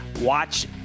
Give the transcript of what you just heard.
Watch